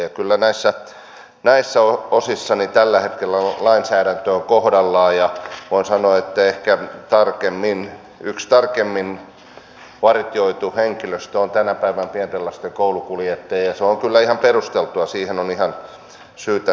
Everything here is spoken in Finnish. kyllä näissä osissa tällä hetkellä lainsäädäntö on kohdallaan ja voin sanoa että ehkä yksi tarkimmin vartioitu henkilöstö tänä päivänä on pienten lasten koulukuljettajat ja se on kyllä ihan perusteltua siihen on ihan syytä